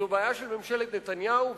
זאת בעיה של ממשלת נתניהו,